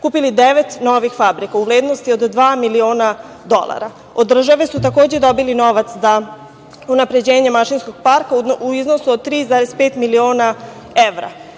kupili devet novih fabrika u vrednosti od dva miliona dolara. Od države su takođe dobili novac za unapređenje mašinskog parka u iznosu od 3,5 miliona evra. Naši